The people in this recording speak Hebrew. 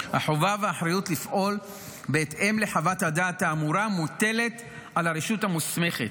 החובה והאחריות לפעול בהתאם לחוות הדעת האמורה מוטלת על הרשות המוסמכת,